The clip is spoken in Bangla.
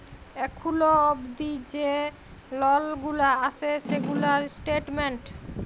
এখুল অবদি যে লল গুলা আসে সেগুলার স্টেটমেন্ট